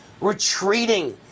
retreating